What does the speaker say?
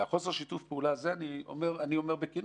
חוסר שיתוף הפעולה, ואת זה אני אומר בכנות,